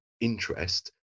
interest